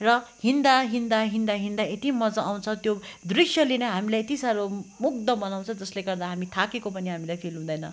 र हिँड्दा हिँड्दा हिँड्दा हिँड्दा यत्ति मज्जा आउँछ त्यो दृश्यले नै हामीलाई यति साह्रो मुग्ध बनाउँछ जसले गर्दा हामी थाकेको पनि हामीलाई फिल हुँदैन